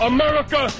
America